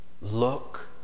Look